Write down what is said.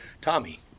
Tommy